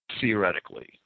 theoretically